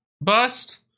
bust